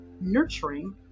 nurturing